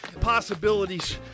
possibilities